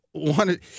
Wanted